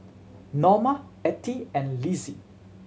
Norma Attie and Lizzie